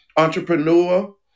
entrepreneur